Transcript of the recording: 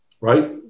right